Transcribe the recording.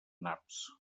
naps